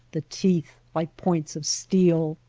the teeth like points of steel.